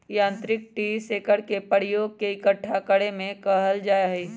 यांत्रिक tree shaker के प्रयोग फल के इक्कठा करे में कइल जाहई